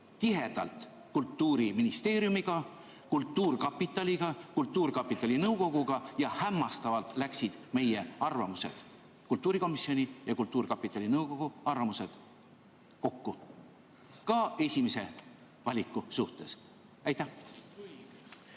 tihedalt Kultuuriministeeriumiga, kultuurkapitaliga, kultuurkapitali nõukoguga ja hämmastaval kombel läksid meie arvamused, kultuurikomisjoni ja kultuurkapitali nõukogu arvamused, kokku. Ka esimese valiku puhul. See